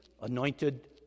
Anointed